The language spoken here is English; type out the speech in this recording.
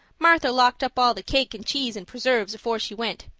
martha locked up all the cake and cheese and preserves afore she went.